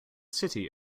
city